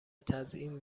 تزیین